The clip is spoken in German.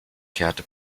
kehrte